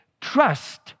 Trust